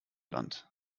land